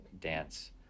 dance